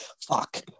fuck